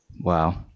Wow